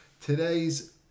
Today's